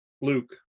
Luke